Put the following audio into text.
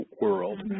world